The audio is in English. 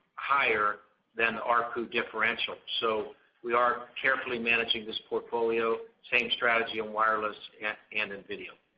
higher than the arpu differential. so we are carefully managing this portfolio. same strategy on wireless and in video.